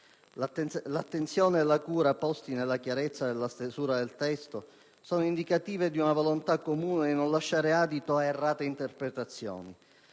L'attenzione e la cura poste nella chiarezza della stesura del testo sono poi indicative di una volontà comune di non lasciare adito ad errate interpretazioni,